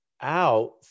out